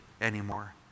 anymore